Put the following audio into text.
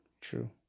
True